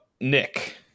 nick